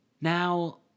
now